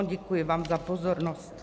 Děkuji vám za pozornost.